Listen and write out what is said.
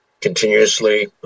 continuously